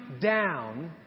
down